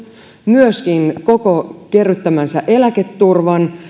myöskin koko kerryttämänsä eläketurvan